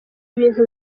ibintu